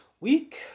week